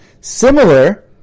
similar